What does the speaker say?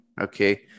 Okay